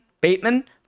Bateman